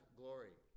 glory